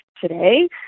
today